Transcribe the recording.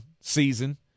season